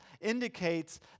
indicates